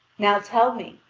now tell me!